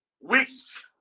weeks